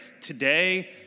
Today